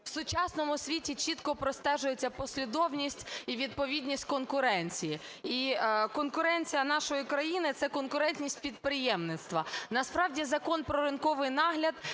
в сучасному світі чітко простежується послідовність і відповідність конкуренції. І конкуренція нашої країни – це конкурентність підприємництва. Насправді Закон про ринковий нагляд